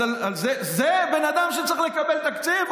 אז זה הבן אדם שצריך לקבל תקציב?